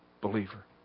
believer